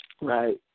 Right